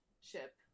ship